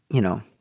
you know.